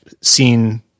seen